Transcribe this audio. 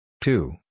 Two